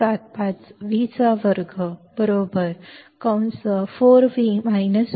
तर हे विशिष्ट मूल्य मी ते येथे ठेवतो आणि मी ते सोडवतो